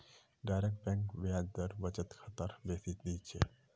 direct bank ब्याज दर बचत खातात बेसी दी छेक